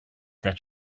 that